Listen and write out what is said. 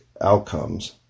outcomes